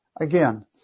again